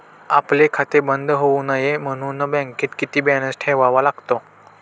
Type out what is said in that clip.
आपले खाते बंद होऊ नये म्हणून बँकेत किती बॅलन्स ठेवावा लागतो?